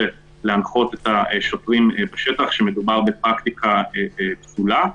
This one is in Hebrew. להנחות את השוטרים בשטח שמדובר בפרקטיקה פסולה,